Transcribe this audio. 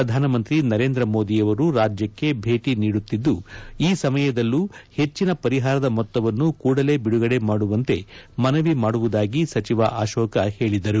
ಪ್ರಧಾನಿ ನರೇಂದ್ರ ಮೋದಿಯವರು ರಾಜ್ಯಕ್ಕೆ ಭೇಟಿ ನೀಡುತ್ತಿದ್ದು ಈ ಸಮಯದಲ್ಲೂ ಹೆಚ್ಚಿನ ಪರಿಹಾರದ ಮೊತ್ತವನ್ನು ಕೂಡಲೇ ಬಿಡುಗಡೆ ಮಾಡುವಂತೆ ಮನವಿ ಮಾಡುವುದಾಗಿ ಸಚಿವ ಅಶೋಕ್ ಹೇಳಿದರು